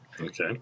Okay